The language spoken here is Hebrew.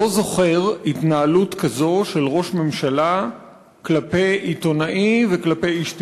לא זוכר התנהלות כזאת של ראש ממשלה כלפי עיתונאי וכלפי איש תקשורת.